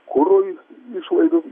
kurui išlaidų